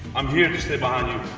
i'm here to stay behind